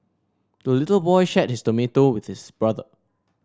the little boy shared his tomato with his brother